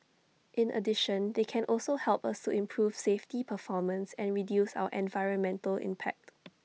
in addition they can also help us improve safety performance and reduce our environmental impact